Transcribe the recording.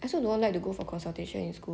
I also don't like to go for consultation in school